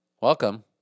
Welcome